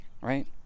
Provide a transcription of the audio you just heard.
Right